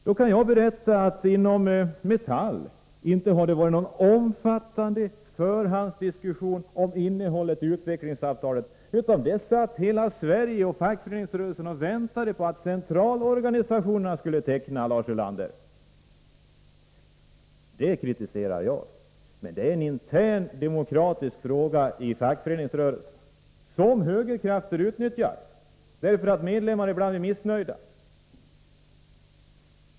Då kan jag berätta att inom Metall har det inte varit någon omfattande förhandsdiskussion om innehållet i utvecklingsavtalet. Fackföreningsrörelsen i hela Sverige satt och väntade på att centralorganisationerna skulle teckna avtalet, Lars Ulander. Det kritiserar jag, men det är en intern demokratifråga i fackföreningsrörelsen, som högerkrafter utnyttjar därför att medlemmar ibland är missnöjda.